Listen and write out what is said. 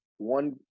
one